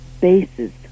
bases